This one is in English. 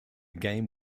game